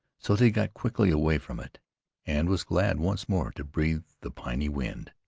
so that he got quickly away from it and was glad once more to breathe the piny wind.